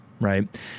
Right